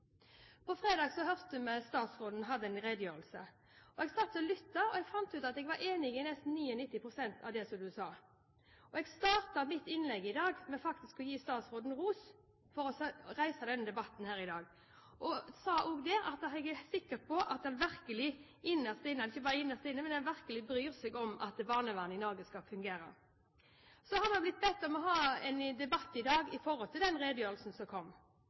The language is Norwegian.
På fredag hørte vi statsrådens redegjørelse. Jeg satt og lyttet, og jeg fant ut at jeg var enig i nesten 99 pst. at det han sa. Jeg starter faktisk mitt innlegg i dag med å gi statsråden ros for å reise denne debatten her i dag. Jeg er sikker på at han virkelig bryr seg om at barnevernet i Norge skal fungere. Vi har blitt bedt om å ha en debatt i dag om den redegjørelsen som kom.